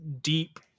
deep